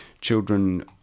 children